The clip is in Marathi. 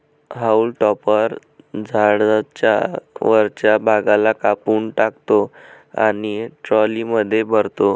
हाऊल टॉपर झाडाच्या वरच्या भागाला कापून टाकतो आणि ट्रॉलीमध्ये भरतो